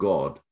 God